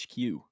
HQ